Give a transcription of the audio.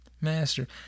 master